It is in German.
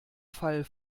fall